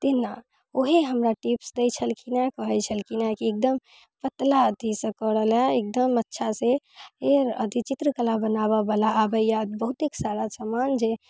तहिना ओहे हमरा टिप्स दै छलखिन हँ कहै छलखिन हँ की एकदम पतला अथीसँ करऽ लए एकदम अच्छासँ अथी चित्रकला बनाबेवला आबैये बहुतेक सारा समान जे